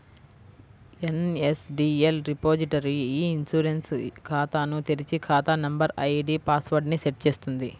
NSDL repository e insurance ఖాతాను తెరిచి, ఖాతా నంబర్, ఐడీ పాస్ వర్డ్ ని సెట్ చేస్తుంది